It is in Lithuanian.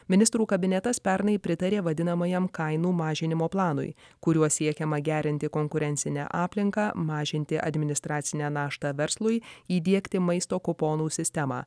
ministrų kabinetas pernai pritarė vadinamajam kainų mažinimo planui kuriuo siekiama gerinti konkurencinę aplinką mažinti administracinę naštą verslui įdiegti maisto kuponų sistemą